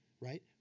right